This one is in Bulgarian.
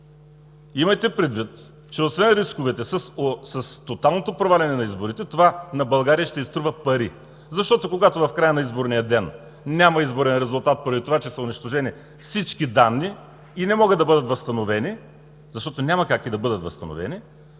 Имайте предвид, че освен рисковете с тоталното проваляне на изборите, на България това ще й струва пари. Защото когато в края на изборния ден няма изборен резултат, понеже са унищожени всички данни и не могат да бъдат възстановени, защото няма как да бъдат възстановени,